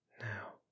Now